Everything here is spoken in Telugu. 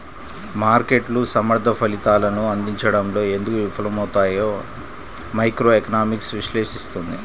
మార్కెట్లు సమర్థ ఫలితాలను అందించడంలో ఎందుకు విఫలమవుతాయో మైక్రోఎకనామిక్స్ విశ్లేషిస్తుంది